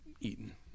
eaten